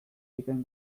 bikain